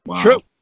True